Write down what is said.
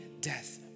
death